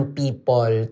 people